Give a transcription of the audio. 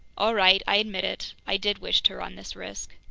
all right, i admit it i did wish to run this risk!